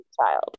child